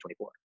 2024